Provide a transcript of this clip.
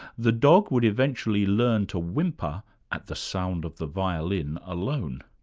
the dog would eventually learn to whimper at the sound of the violin alone.